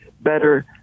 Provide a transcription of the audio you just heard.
better